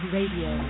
Radio